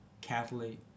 Catholic